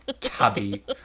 tubby